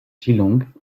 geelong